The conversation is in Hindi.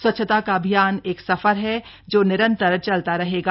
स्वच्छता का अभियान एक सफर है जो निरन्तर चलता रहेगा